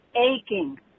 aching